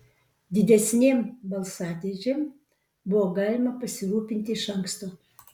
didesnėm balsadėžėm buvo galima pasirūpinti iš anksto